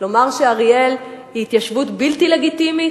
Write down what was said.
לומר שאריאל היא התיישבות בלתי לגיטימית?